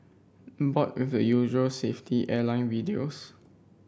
bored with the usual safety airline videos